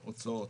ההוצאות,